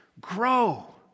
grow